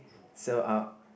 so uh